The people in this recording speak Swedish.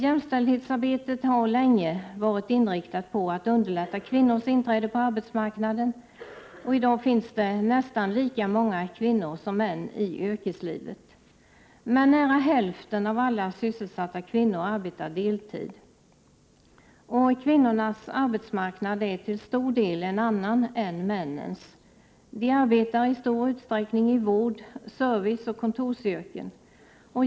Jämställdhetsarbetet har länge varit inriktat på att underlätta kvinnors inträde på arbetsmarknaden, och i dag finns det nästan lika många kvinnor som män i yrkeslivet. Men nära hälften av alla sysselsatta kvinnor arbetar deltid. Och kvinnornas arbetsmarknad är till stor del en annan än männens. De arbetar i stor utsträckning i vård-, serviceoch kontorsyrken.